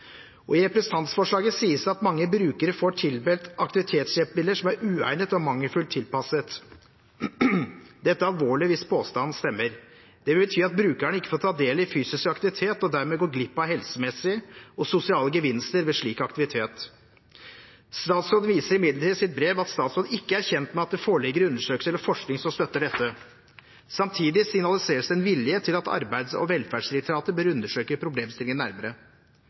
I representantforslaget sies det at mange brukere får tildelt aktivitetshjelpemidler som er uegnet og mangelfullt tilpasset. Dette er alvorlig hvis påstanden stemmer. Det vil bety at brukerne ikke får ta del i fysisk aktivitet og dermed går glipp av helsemessige og sosiale gevinster ved slik aktivitet. Statsråden viser imidlertid i sitt brev til at hun ikke er kjent med at det foreligger undersøkelser eller forskning som støtter dette. Samtidig signaliseres det en vilje til at Arbeids- og velferdsdirektoratet bør undersøke problemstillingen nærmere.